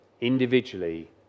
individually